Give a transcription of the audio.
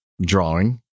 drawing